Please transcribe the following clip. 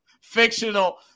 fictional